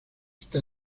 está